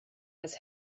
was